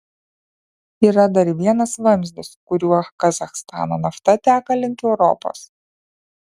yra dar vienas vamzdis kuriuo kazachstano nafta teka link europos